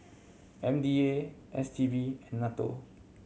M D A S T B and NATO